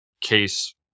case